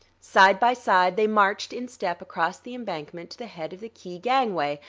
side by side they marched in step across the embankment to the head of the quai gangway,